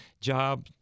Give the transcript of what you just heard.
job